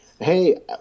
Hey